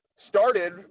Started